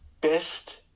best